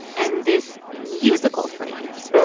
and this musical phrase